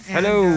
Hello